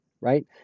right